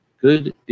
good